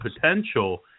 potential